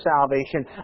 salvation